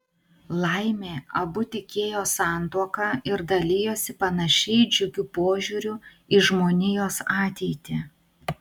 laimė abu tikėjo santuoka ir dalijosi panašiai džiugiu požiūriu į žmonijos ateitį